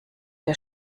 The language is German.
der